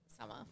summer